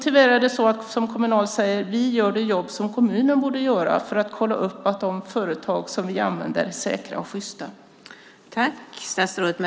Tyvärr är det så som Kommunal säger, nämligen att de gör det jobb som kommunen borde göra för att kolla upp att de företag som man använder är säkra och sjysta.